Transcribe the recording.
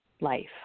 life